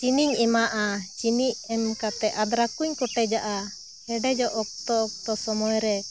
ᱪᱤᱱᱤᱧ ᱮᱢᱟᱜᱼᱟ ᱪᱤᱱᱤ ᱮᱢ ᱠᱟᱛᱮ ᱟᱫᱨᱟᱠ ᱠᱚᱹᱧ ᱠᱚᱴᱮᱡᱟᱜᱼᱟ ᱦᱮᱰᱮᱡᱚᱜ ᱚᱠᱛᱚ ᱚᱠᱛᱚ ᱥᱚᱢᱚᱭ ᱨᱮ